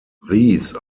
these